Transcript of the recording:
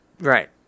Right